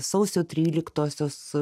sausio tryliktosios